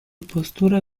postura